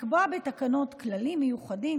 לקבוע בתקנות כללים מיוחדים,